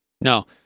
No